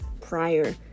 prior